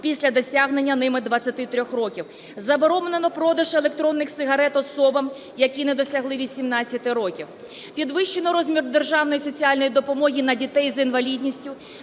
після досягнення ними 23 років. Заборонено продаж електронних сигарет особам, які не досягли 18 років. Підвищено розмір державної соціальної допомоги на дітей з інвалідністю,